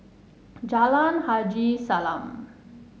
Jalan Haji Salam